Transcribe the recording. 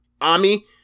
ami